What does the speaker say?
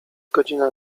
godzina